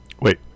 Wait